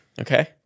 okay